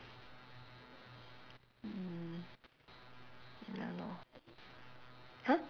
mm ya lor !huh!